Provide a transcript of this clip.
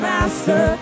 Master